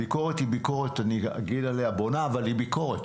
הביקורת היא ביקורת בונה אבל היא ביקורת,